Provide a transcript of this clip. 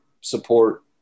support